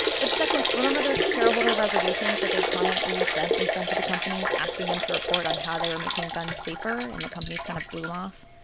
but second, remember those shareholder resolutions that they'd quietly, gently send to the companies, asking them to report on how they were making guns safer, and the companies kind of blew off?